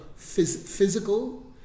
Physical